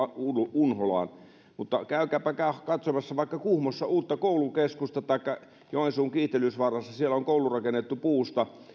unholaan mutta käykääpä katsomassa vaikka kuhmossa uutta koulukeskusta taikka joensuun kiihtelysvaarassa siellä on koulu rakennettu puusta